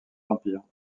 empire